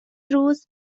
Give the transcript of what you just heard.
روز